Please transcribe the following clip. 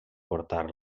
portar